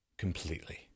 completely